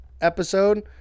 episode